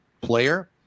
player